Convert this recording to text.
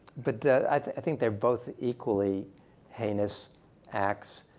but i think they're both equally heinous acts.